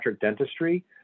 dentistry